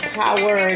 power